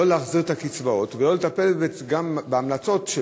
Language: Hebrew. להחזיר את הקצבאות ולטפל בהמלצות של